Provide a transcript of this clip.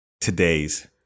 today's